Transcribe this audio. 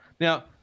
Now